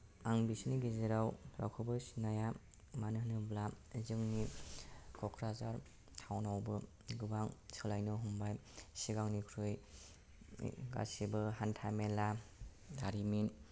आं बिसोरनि गेजेराव रावखौबो सिनाया मानो होनोब्ला जोंनि क'क्राझार टाउनावबो गोबां सोलायनो हमबाय सिगांनिख्रुय गासैबो हान्थामेला दारिमिन